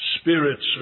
spirits